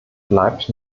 bleibt